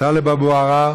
טלב אבו עראר,